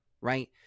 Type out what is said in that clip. right